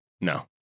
no